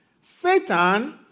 Satan